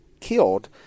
killed